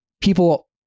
people